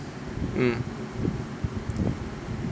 mm